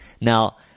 Now